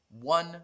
one